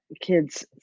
kids